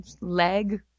leg